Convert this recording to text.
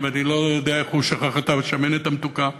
ואני לא יודע איך הוא שכח את השמנת המתוקה,